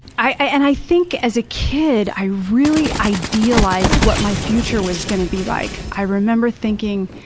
i and i think as a kid, i really idealized what my future was going to be like. i remember thinking,